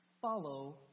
follow